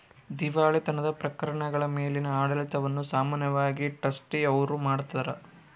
ದಿವಾಳಿತನದ ಪ್ರಕರಣಗಳ ಮೇಲಿನ ಆಡಳಿತವನ್ನು ಸಾಮಾನ್ಯವಾಗಿ ಟ್ರಸ್ಟಿ ಅವ್ರು ಮಾಡ್ತಾರ